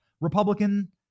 Republican